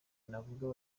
navuga